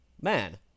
Man